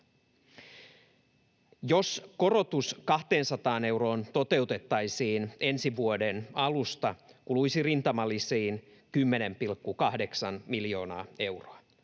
Jos korotus 200 euroon toteutettaisiin ensi vuoden alusta, kuluisi rintamalisiin 10,8 miljoonaa euroa